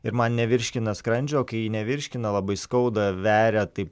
ir man nevirškina skrandžio o kai nevirškina labai skauda veria taip